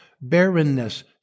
barrenness